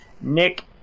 Nick